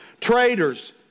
Traitors